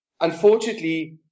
unfortunately